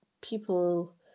people